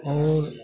आओर